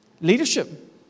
Leadership